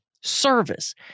service